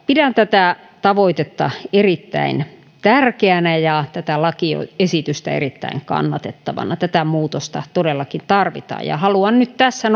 pidän tätä tavoitetta erittäin tärkeänä ja tätä lakiesitystä erittäin kannatettavana tätä muutosta todellakin tarvitaan haluan nyt tässä